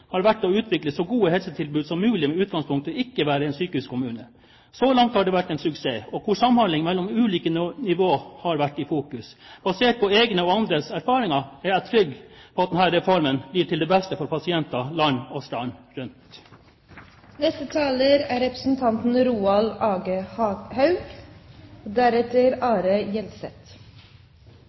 har vært å utvikle så gode helsetilbud som mulig med utgangspunkt i ikke å være en sykehuskommune. Så langt har dette vært en suksess, og hvor samhandling mellom ulike nivåer har vært i fokus. Basert på egne og andres erfaringer er jeg trygg på at denne reformen blir til det beste for pasienter land og strand rundt. Samhandlingsreforma er ei tillitserklæring til norske kommunar. Førebygging og tidleg innsats er